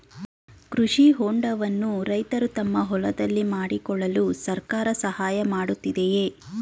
ಕೃಷಿ ಹೊಂಡವನ್ನು ರೈತರು ತಮ್ಮ ಹೊಲದಲ್ಲಿ ಮಾಡಿಕೊಳ್ಳಲು ಸರ್ಕಾರ ಸಹಾಯ ಮಾಡುತ್ತಿದೆಯೇ?